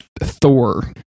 thor